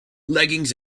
leggings